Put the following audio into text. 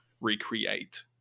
recreate